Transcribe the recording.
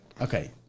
Okay